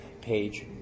page